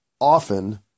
often